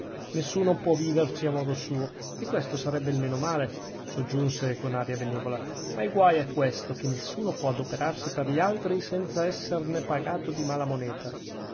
nessuno può viverci a modo suo e questo sarebbe il meno male soggiunse con aria benevola ma il guaio è questo che nessuno può adoperarsi per gli altri senza esserne pagato di mala moneta